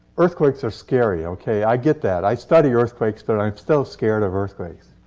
earthquakes are scary, okay? i get that. i study earthquakes, but i'm still scared of earthquakes.